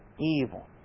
evil